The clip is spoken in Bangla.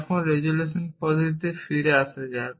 এখন রেজোলিউশন পদ্ধতিতে ফিরে আসা যাক